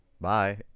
bye